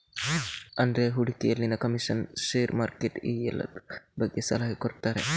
ಅಂದ್ರೆ ಹೂಡಿಕೆಯಲ್ಲಿನ commission, share, market ಈ ಎಲ್ಲದ್ರ ಬಗ್ಗೆ ಸಲಹೆ ಕೊಡ್ತಾರೆ